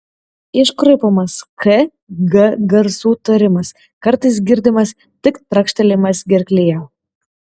iškraipomas k g garsų tarimas kartais girdimas tik trakštelėjimas gerklėje